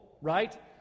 right